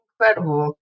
incredible